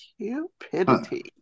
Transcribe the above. Cupidity